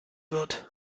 wird